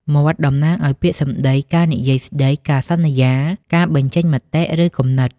មាត់ តំណាងឱ្យ ពាក្យសម្ដី ការនិយាយស្ដី ការសន្យា ការបញ្ចេញមតិ ឬគំនិត។